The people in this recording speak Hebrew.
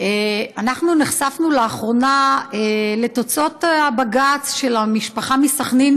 אנחנו נחשפנו לאחרונה לתוצאות הבג"ץ של המשפחה מסח'נין